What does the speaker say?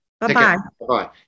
Bye-bye